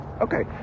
Okay